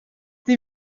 sie